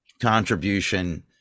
contribution